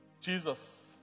Jesus